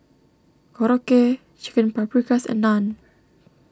Korokke Chicken Paprikas and Naan